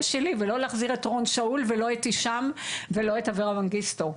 שלי ולא להחזיר את אורון שאול ולא את הישאם ולא את אברה מנגיסטו.